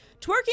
twerking